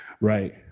right